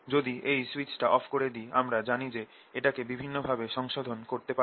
যদি switch off করে দি আমরা জানি যে এটাকে বিভিন্ন ভাবে সংশোধন করতে পারব